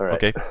Okay